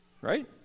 right